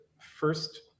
first